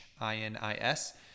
I-N-I-S